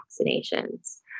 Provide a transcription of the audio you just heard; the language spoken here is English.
vaccinations